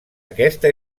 aquesta